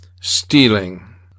stealing